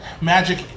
Magic